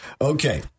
Okay